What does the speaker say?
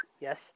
Yes